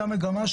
היתה מגמה,